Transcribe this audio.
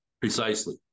Precisely